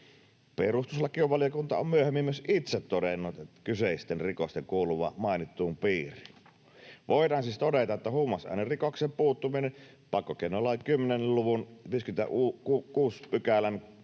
Perustuslakivaliokunta on myöhemmin myös itse todennut kyseisten rikosten kuuluvan mainittuun piiriin. Voidaan siis todeta, että huumausainerikoksen puuttuminen pakkokeinolain 10 luvun 56 §:n 2